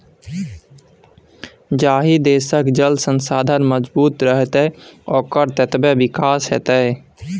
जाहि देशक जल संसाधन मजगूत रहतै ओकर ततबे विकास हेतै